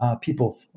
people